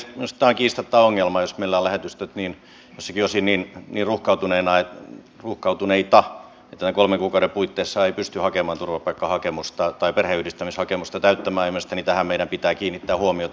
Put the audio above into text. minusta tämä on kiistatta ongelma jos meillä ovat lähetystöt joiltakin osin niin ruuhkautuneita että näiden kolmen kuukauden puitteissa ei pysty perheenyhdistämishakemusta täyttämään ja mielestäni tähän meidän pitää kiinnittää huomiota